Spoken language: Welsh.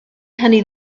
hynny